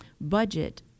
budget